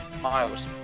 Miles